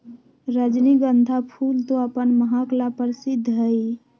रजनीगंधा फूल तो अपन महक ला प्रसिद्ध हई